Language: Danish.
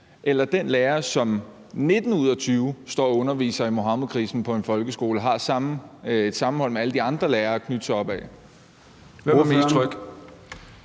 eller den lærer, der som 1 af 19 ud af 20 står og underviser i Muhammedkrisen på en folkeskole og har et sammenhold med alle de andre lærere at knytte sig til? Hvem er mest tryg?